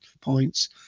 points